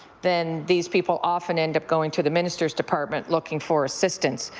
then these people often end up going to the minister's department looking for assistance.